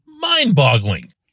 mind-boggling